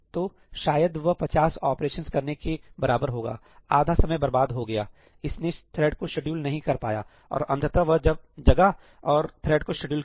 तो शायद वह 50 ऑपरेशंस करने के बराबर होगा आधा समय बर्बाद हो गया इसने थ्रेड को शेड्यूल नहीं कर पाया और अंततः वह जगा और थ्रेड को शेड्यूल किया